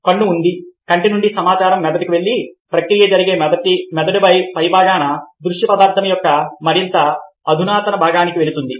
కన్ను ఉంది కంటి నుండి సమాచారం మెదడుకు వెళ్లి ప్రక్రియ జరిగే మెదడు పై భాగాన దృశ్య పదార్థం యొక్క మరింత అధునాతన భాగానికి వెళుతుంది